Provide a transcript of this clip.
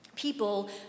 People